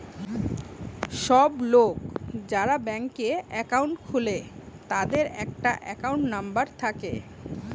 সব লোক যারা ব্যাংকে একাউন্ট খুলে তাদের একটা একাউন্ট নাম্বার থাকে